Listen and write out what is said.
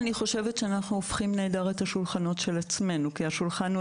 אני חושבת שאנחנו הופכים נהדר את השולחנות של עצמנו כי השולחן הוא